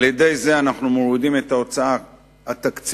על-ידי זה אנחנו מורידים את ההוצאה התקציבית